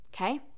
okay